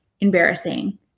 embarrassing